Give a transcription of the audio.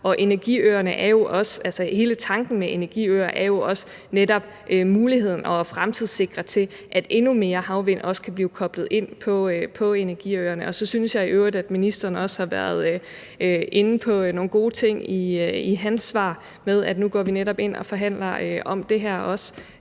Og hele tanken med energiøer er jo også netop muligheden for at fremtidssikre, så endnu mere havvind kan blive koblet på energiøerne. Så synes jeg i øvrigt, at ministeren har været inde på nogle gode ting i sit svar med, at nu går vi også ind og forhandler om netop